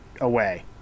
away